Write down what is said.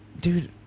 Dude